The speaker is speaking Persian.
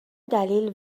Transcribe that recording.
دلیل